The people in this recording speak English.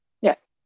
Yes